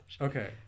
Okay